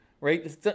Right